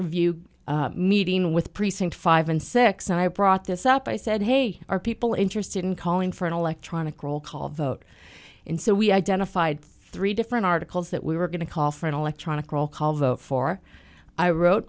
review meeting with precinct five and six and i brought this up i said hey are people interested in calling for an electronic roll call vote and so we identified three different articles that we were going to call for an electronic roll call vote for i wrote